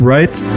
Right